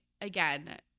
again